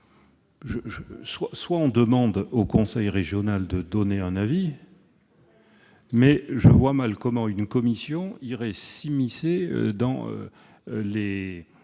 peut demander au conseil régional de donner un avis, mais je vois mal comment une commission irait s'immiscer dans les